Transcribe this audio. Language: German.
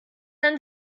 ein